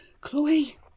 Chloe